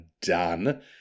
done